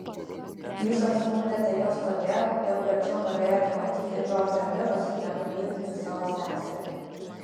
jūs apskundėte juos todėl jog verčiau norėjote matyti džordžą mirusį negu mylintį savo seserį